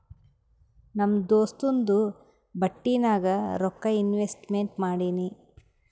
ನಮ್ ದೋಸ್ತುಂದು ಬಟ್ಟಿ ನಾಗ್ ರೊಕ್ಕಾ ಇನ್ವೆಸ್ಟ್ಮೆಂಟ್ ಮಾಡಿನಿ